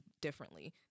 differently